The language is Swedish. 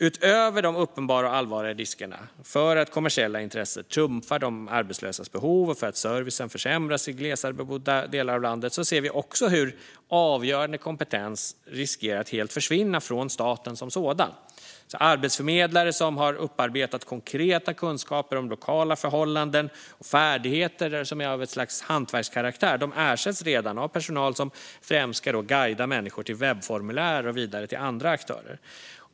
Utöver de uppenbara och allvarliga riskerna för att kommersiella intressen trumfar de arbetslösas behov och för att servicen försämras i glesare bebodda delar av landet ser vi också hur avgörande kompetens riskerar att helt försvinna från staten som sådan. Arbetsförmedlare som har upparbetat konkreta kunskaper om lokala förhållanden och färdigheter som är av ett slags hantverkskaraktär ersätts redan av personal som främst ska guida människor till webbformulär och vidare till andra aktörer.